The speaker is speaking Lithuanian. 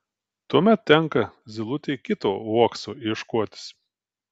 tuomet tenka zylutei kito uokso ieškotis